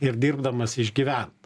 ir dirbdamas išgyvent